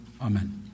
Amen